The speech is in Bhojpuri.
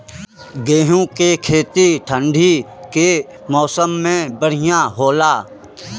गेहूँ के खेती ठंण्डी के मौसम नवम्बर महीना में बढ़ियां होला?